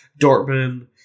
Dortmund